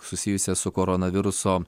susijusią su koronaviruso